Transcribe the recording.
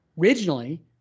Originally